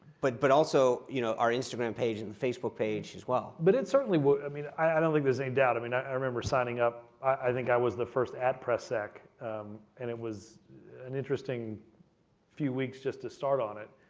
but but also you know our instagram page and facebook page as well. but it's certainly i mean i i don't think there's any doubt. i mean i i remember signing up i think i was the first presssec and it was an interesting few weeks just to start on it.